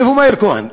איפה מאיר כהן?